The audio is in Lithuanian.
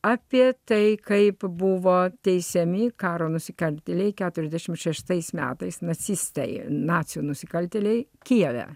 apie tai kaip buvo teisiami karo nusikaltėliai keturiasdešimt šeštais metais nacistai nacių nusikaltėliai kijeve